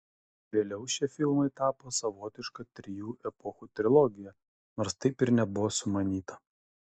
vėliau šie filmai tapo savotiška trijų epochų trilogija nors taip ir nebuvo sumanyta